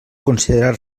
considerar